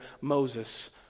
Moses